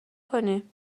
کنی